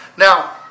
Now